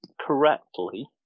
correctly